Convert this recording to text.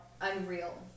unreal